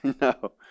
No